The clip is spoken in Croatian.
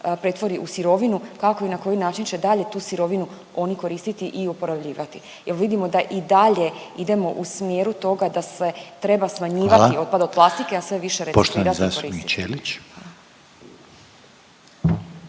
pretvori u sirovinu kako i na koji način će dalje tu sirovinu oni koristiti i uporabljivati, jer vidimo da i dalje idemo u smjeru toga da se treba smanjivati otpad od plastike … …/Upadica Reiner: Hvala./…